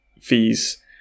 fees